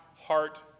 heart